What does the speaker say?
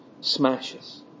smashes